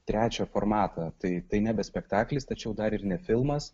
trečią formatą tai tai nebe spektaklis tačiau dar ir ne filmas